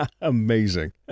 Amazing